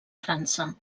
frança